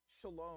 Shalom